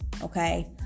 Okay